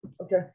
okay